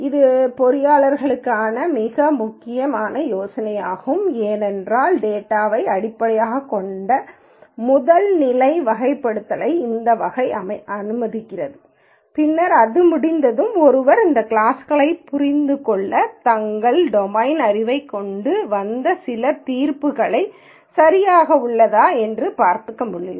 இது பொறியியலாளர்களுக்கு மிக முக்கியமான யோசனையாகும் ஏனென்றால் டேட்டாவை அடிப்படையாகக் கொண்ட முதல் நிலை வகைப்படுத்தலை இந்த வகை அனுமதிக்கிறது பின்னர் அது முடிந்ததும் ஒருவர் இந்த கிளாஸ்களைப் புரிந்துகொள்ள தங்கள் டொமைன் அறிவைக் கொண்டு வந்து சில தீர்ப்புகள் சரியாக உள்ளதா என்பதைப் பார்க்க முடியும்